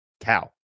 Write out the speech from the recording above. cow